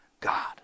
God